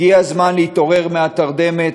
הגיע הזמן להתעורר מהתרדמת,